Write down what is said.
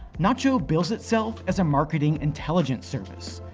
nacho bills itself as a marketing intelligence service,